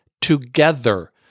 together